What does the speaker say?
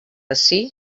ací